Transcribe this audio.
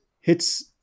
hits